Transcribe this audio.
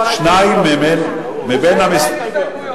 אין הסתייגויות.